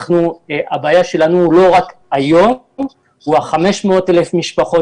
הבעיה שלנו היא לא רק היום אלא אלה 500,000 המשפחות